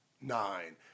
nine